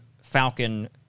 Falcon